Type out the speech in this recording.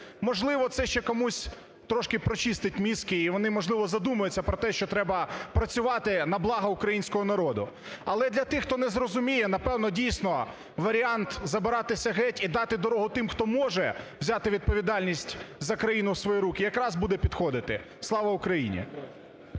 можливо, це ще комусь трішки прочистить мізки, і вони, можливо, задумаються про те, що треба працювати на благо українського народу. Але для тих, хто не зрозуміє, напевно, дійсно, варіант забиратися геть і дати дорогу тим, хто може взяти відповідальність за країну в свої руки, якраз буде підходити. Слава Україні!